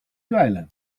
dweilen